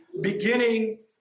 beginning